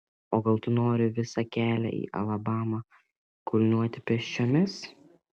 o gal tu nori visą kelią į alabamą kulniuoti pėsčiomis